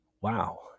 wow